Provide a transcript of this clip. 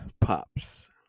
Pops